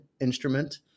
instrument